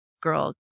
girl